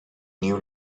new